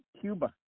Cuba